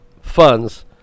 funds